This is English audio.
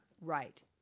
right